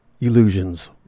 illusions